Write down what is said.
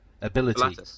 Ability